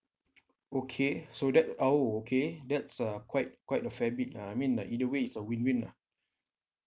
okay so that ah oh okay that's uh quite quite a fair bit lah I mean like either way it's a win win lah